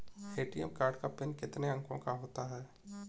ATM card का pin कितने अंकों का होता है?